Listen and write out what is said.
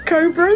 Cobras